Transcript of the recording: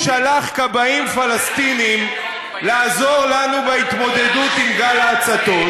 שהוא שלח כבאים פלסטינים לעזור לנו בהתמודדות עם גל ההצתות,